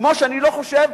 כמו שאני לא חושב,